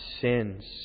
sins